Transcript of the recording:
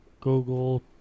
Google